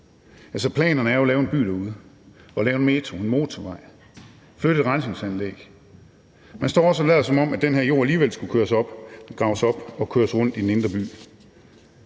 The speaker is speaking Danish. Altså, planerne er jo at lave en by derude, at lave en metro og en motorvej og at flytte et rensningsanlæg. Man står også og lader, som om den her jord alligevel skulle graves op og køres rundt i den indre by.